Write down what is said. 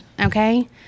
Okay